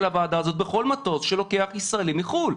הוועדה הזאת בכל מטוס שלוקח ישראלי מחו"ל.